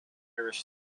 irish